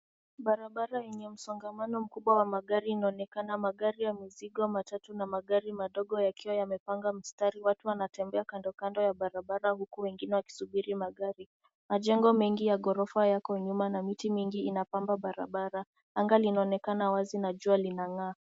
Barabara yenye msongamano mkubwa wa magari inaonekana. Magari ya mizigo, matatu na magari madogo yakiwa amepanga mstari. Watu wanatembea kando kando ya barabara huku wengine wakisubiri magari. Majengo mengi ya ghorofa yako nyuma na miti mingi inapamba barabara .Anga linaonekana wazi na jua linang'aa.